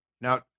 Now